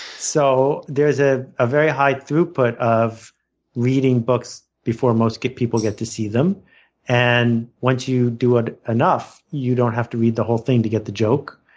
so there's a ah very high throughput of reading books before most people get to see them and once you do ah enough, you don't have to read the whole thing to get the joke.